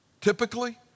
typically